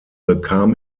bekam